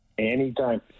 Anytime